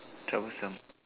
troublesome